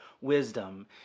wisdom